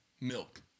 Milk